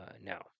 now